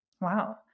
Wow